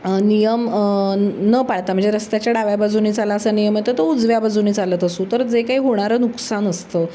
नियम न पाळता म्हणजे रस्त्याच्या डाव्या बाजूने चाला असा नियम आहे तर तो उजव्या बाजूने चालत असू तर जे काही होणारं नुकसान असतं